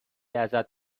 ازت